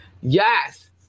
yes